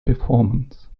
performance